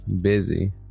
busy